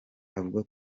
avuga